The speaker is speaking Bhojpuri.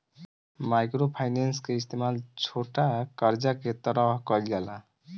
माइक्रो फाइनेंस के इस्तमाल छोटा करजा के तरह कईल जाला